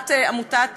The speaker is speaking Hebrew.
חברת עמותת